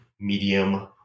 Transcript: medium